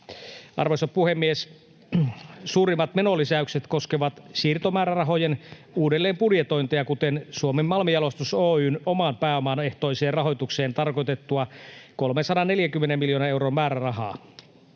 Arvoisa puhemies! Suurimmat menolisäykset koskevat siirtomäärärahojen uudelleenbudjetointeja, kuten Suomen Malmijalostus Oy:n oman pääoman ehtoiseen rahoitukseen tarkoitettua 340 miljoonan euron määrärahaa